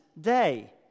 day